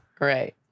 Right